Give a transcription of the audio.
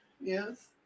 Yes